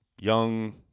young